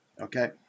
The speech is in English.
okay